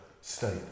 state